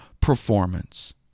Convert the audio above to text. performance